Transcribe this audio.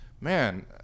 man